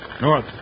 north